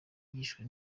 yishwe